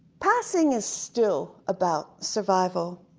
passing is still about survival.